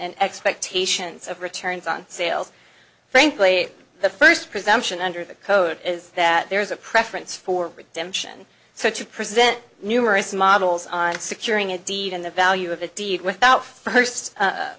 and expectations of returns on sales frankly the first presumption under the code is that there is a preference for redemption so to present numerous models on securing a deed in the value of a deed without